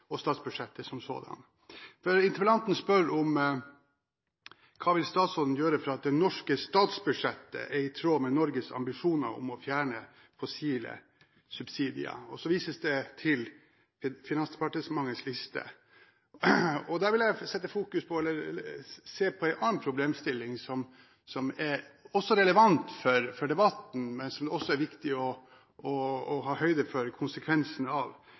statsbudsjettet som sådant? Interpellanten spør: Hva vil statsråden gjøre for at det norske statsbudsjettet er i tråd med Norges ambisjoner om å fjerne fossile subsidier? Så vises det til Finansdepartementets liste. Der vil jeg se på en annen problemstilling som også er relevant for debatten, og som det er viktig å ha høyde for konsekvensene av.